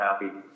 happy